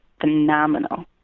phenomenal